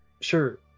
sure